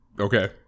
Okay